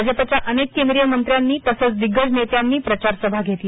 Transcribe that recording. भाजपच्या अनेक केंद्रीय मंत्र्यांनी तसंच दिग्गज नेत्यांनी प्रचारसभा घेतल्या